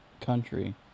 country